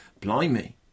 blimey